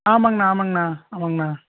ஆமாங்கண்ணா ஆமாங்கண்ணா ஆமாங்கண்ணா